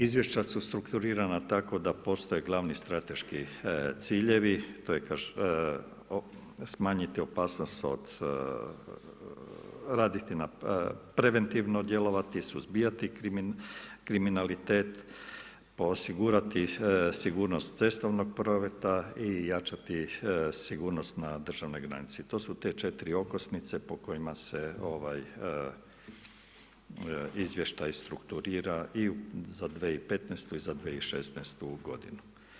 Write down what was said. Izvješća su strukturirana tako da postoje glavni strateški ciljevi, smanjiti opasnost, preventivno djelovati, suzbijati kriminalitet, osigurati sigurnost cestovnog prometa i jačati sigurnost na državnoj granici, to su te četiri okosnice po kojima se izvještaj strukturira i za 2015. i za 2016. godinu.